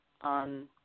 on